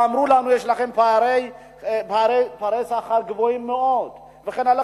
אמרו לנו: יש אצלכם פערי שכר גבוהים מאוד וכן הלאה.